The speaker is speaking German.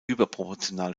überproportional